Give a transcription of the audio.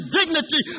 dignity